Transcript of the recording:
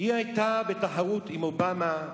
היא היתה בתחרות עם אובמה,